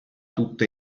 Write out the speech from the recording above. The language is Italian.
tutta